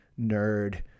nerd